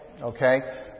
okay